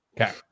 Okay